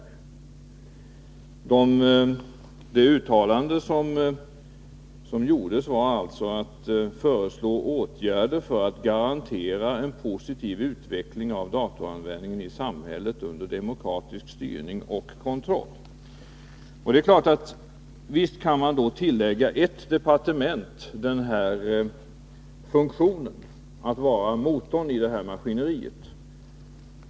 Innebörden av det uttalande som gjordes var alltså att åtgärder föreslogs för att man skall kunna garantera en positiv utveckling av datoranvändningen i samhället under demokratisk styrning och kontroll. Visst kan man till ett visst departement tillägga funktionen att vara motor i detta maskineri.